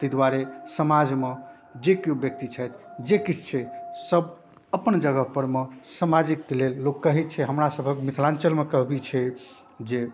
ताहि दुआरे समाजमे जे केओ व्यक्ति छथि जे किछु छै सब अपन जगहपरमे सामाजिकके लेल लोक कहै छै हमरासबके मिथिलाञ्चलमे कहबी छै जे